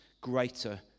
greater